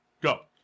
Go